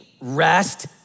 rest